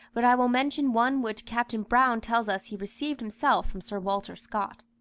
but i will mention one which captain brown tells us he received himself from sir walter scott.